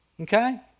okay